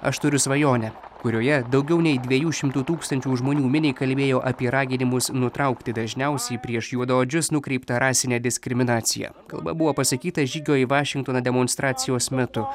aš turiu svajonę kurioje daugiau nei dviejų šimtų tūkstančių žmonių miniai kalbėjo apie raginimus nutraukti dažniausiai prieš juodaodžius nukreiptą rasinę diskriminaciją kalba buvo pasakyta žygio į vašingtoną demonstracijos metu